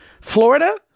Florida